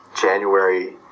January